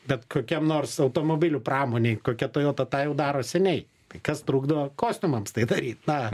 bet kokiam nors automobilių pramonei kokia toyota tą jau daro seniai tai kas trukdo kostiumams tai daryt na